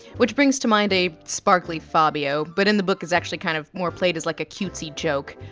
which brings to mind a sparkly fabio but in the book is actually kind of more played as like a cutesy joke.